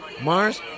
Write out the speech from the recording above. Mars